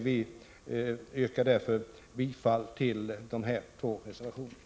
Vi yrkar därför bifall till de här två reservationerna.